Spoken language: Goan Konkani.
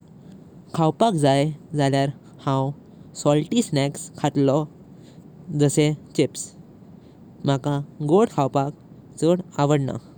खावपाक जाई जाल्यार हाव साल्टी स्नॅक्स खातलो जाशे चिप्स। माका गोड खावपाक चड आवडना।